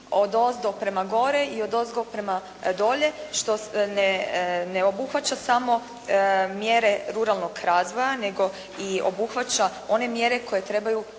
odozdo prema gore i odozgo prema dolje, što ne obuhvaća samo mjere ruralnog razvoja, nego i obuhvaća one mjere koje trebaju